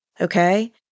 Okay